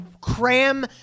cram